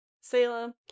Salem